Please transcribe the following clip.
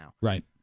right